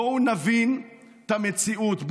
בואו נבין את המציאות,